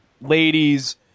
ladies